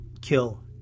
kill